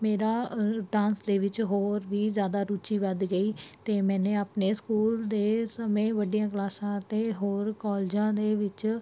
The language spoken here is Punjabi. ਮੇਰਾ ਅ ਡਾਂਸ ਦੇ ਵਿੱਚ ਹੋਰ ਵੀ ਜ਼ਿਆਦਾ ਰੁਚੀ ਵੱਧ ਗਈ ਅਤੇ ਮੈਨੇ ਆਪਣੇ ਸਕੂਲ ਦੇ ਸਮੇਂ ਵੱਡੀਆਂ ਕਲਾਸਾਂ ਅਤੇ ਹੋਰ ਕਾਲਜਾਂ ਦੇ ਵਿੱਚ